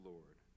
Lord